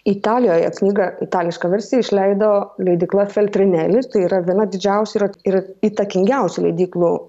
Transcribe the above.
italijoje knygą itališką versiją išleido leidykla feltrinelis tai yra viena didžiausių yra ir įtakingiausių leidyklų